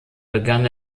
begann